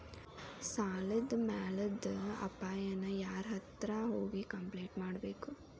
ಸಾಲದ್ ಮ್ಯಾಲಾದ್ ಅಪಾಯಾನ ಯಾರ್ಹತ್ರ ಹೋಗಿ ಕ್ಂಪ್ಲೇನ್ಟ್ ಕೊಡ್ಬೇಕು?